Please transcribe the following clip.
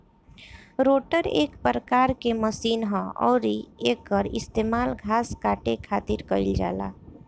rotor एक प्रकार के मशीन ह अउरी एकर इस्तेमाल घास काटे खातिर कईल जाला